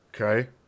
Okay